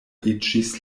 iĝis